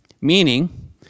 Meaning